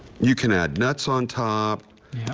you can add nuts on time.